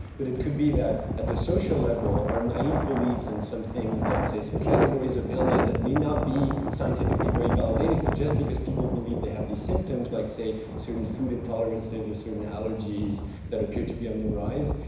but it could be that at the social level, or naive beliefs in some things like say, some categories of illness that may not be scientifically validated. but just because people believe they have these symptoms, like say, certain food intolerances, or certain allergies that appear to be on the rise.